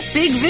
big